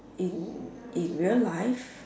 in in real life